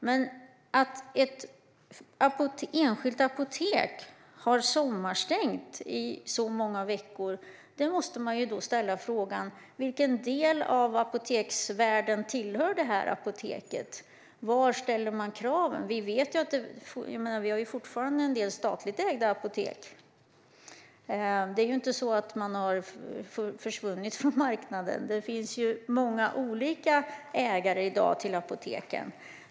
Men när ett enskilt apotek har sommarstängt i så många veckor måste man ställa frågan: Vilken del av apoteksvärlden tillhör det apoteket? Var ställer man kraven? Vi har fortfarande en del statligt ägda apotek. Det är inte så att de har försvunnit från marknaden. Det finns i dag många olika ägare till apoteken.